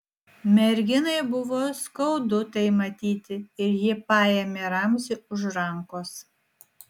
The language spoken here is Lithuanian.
merginai buvo skaudu tai matyti ir ji paėmė ramzį už rankos